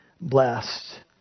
blessed